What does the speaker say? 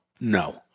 No